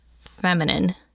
feminine